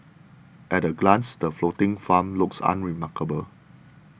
at a glance the floating farm looks unremarkable